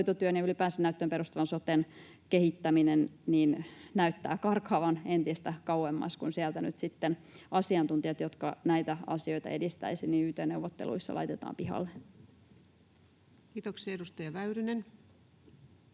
ja ylipäänsä näyttöön perustuvan soten kehittäminen näyttää karkaavan entistä kauemmas, kun sieltä nyt sitten asiantuntijat, jotka näitä asioita edistäisivät, yt-neuvotteluissa laitetaan pihalle. Kiitoksia. — Edustaja Väyrynen.